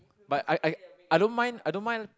but I I I don't mind I don't mind